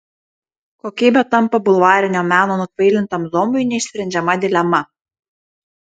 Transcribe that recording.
kokybė tampa bulvarinio meno nukvailintam zombiui neišsprendžiama dilema